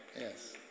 Yes